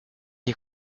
est